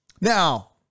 Now